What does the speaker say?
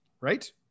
right